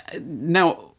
now